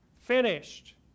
finished